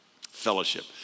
Fellowship